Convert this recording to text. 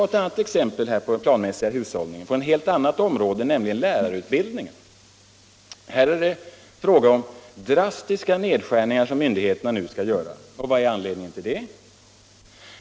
Ett annat exempel på denna planmässiga hushållning från ett helt annat område är de drastiska nedskärningar som myndigheterna nu skall göra i fråga om lärarutbildningen. Och vad är anledningen till det?